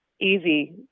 easy